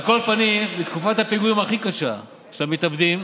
על כל פנים, בתקופת הפיגועים הכי קשה של המתאבדים,